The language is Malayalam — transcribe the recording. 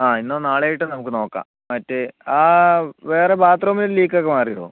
ആ ഇന്നോ നാളെയോ ആയിട്ട് നമുക്ക് നോക്കാം മറ്റേ ആ വേറെ ബാത്റൂമിൽ ലീക്കൊക്കെ മാറിയോ